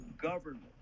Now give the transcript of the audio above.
government